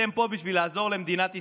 אתם פה בשביל לעזור למדינת ישראל.